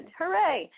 Hooray